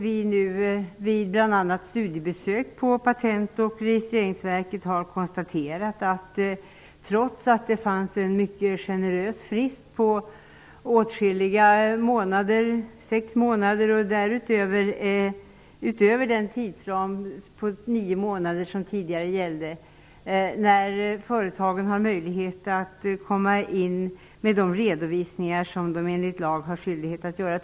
Vi har bl.a. gjort studiebesök på Företagen har fått en mycket generös tidsfrist på sex månader, utöver den tidsram på nio månader som redan tidigare gällde, för att lämna in de redovisningar som de enligt lag har skyldighet att inge.